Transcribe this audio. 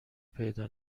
پیدا